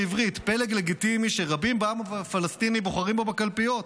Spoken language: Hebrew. בעברית: "פלג לגיטימי שרבים בעם הפלסטיני בוחרים בו בקלפיות".